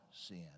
sin